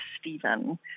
Stephen